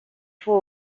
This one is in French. faut